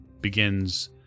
begins